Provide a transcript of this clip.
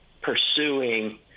Pursuing